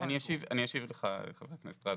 אני אשיב לך, חבר הכנסת רז.